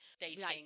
dating